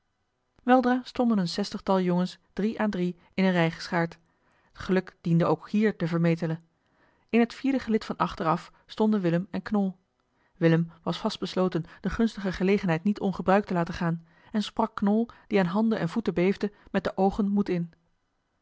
weldra stonden een zestigtal jongens drie aan drie in eene rij geschaard t geluk diende ook hier den vermetele in het vierde gelid van achter af stonden willem en knol willem was vast besloten de gunstige gelegenheid niet ongebruikt te laten gaan en sprak knol die aan handen en voeten beefde met de oogen moed in